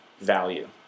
value